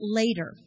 later